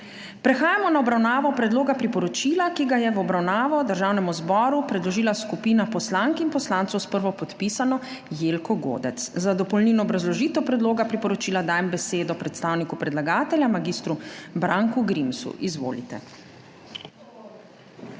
Prehajamo na obravnavo predloga priporočila, ki ga je v obravnavo Državnemu zboru predložila skupina poslank in poslancev s prvopodpisano Jelko Godec. Za dopolnilno obrazložitev predloga priporočila dajem besedo predstavniku predlagatelja mag. Branku Grimsu. Izvolite.